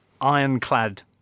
ironclad